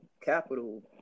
capital